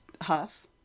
Huff